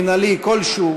מינהלי כלשהו,